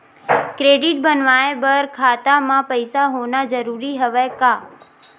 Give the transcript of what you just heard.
Credit बनवाय बर खाता म पईसा होना जरूरी हवय का?